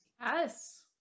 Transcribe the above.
Yes